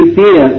fear